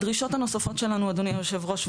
שתי דרישות נוספות שלנו אדוני היושב ראש,